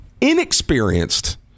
inexperienced